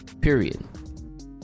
Period